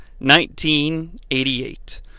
1988